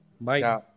Bye